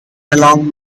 along